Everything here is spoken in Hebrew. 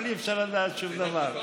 אבל אי-אפשר לדעת שום דבר.